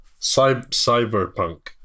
cyberpunk